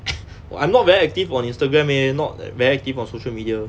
well I'm not very active on Instagram leh not very active on social media